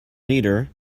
leader